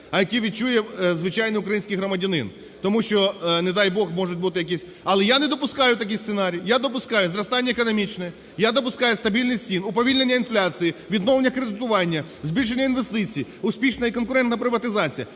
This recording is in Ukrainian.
а які відчує звичайний український громадянин, тому що, не дай Бог, можуть бути якісь… Але я не допускаю такий сценарій, я допускаю зростання економічне, я допускаю стабільність цін, уповільнення інфляції, відновлення кредитування, збільшення інвестицій, успішна і конкурентна приватизація